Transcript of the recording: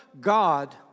God